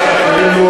הלו,